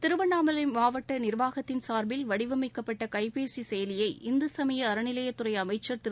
திருவண்ணாமலை மாவட்ட நிர்வாகத்தின் சார்பில் வடிவமைக்கப்பட்ட கைபேசி செயலியை இந்துசமய அறநிலையத்துறை அமைச்சர் திரு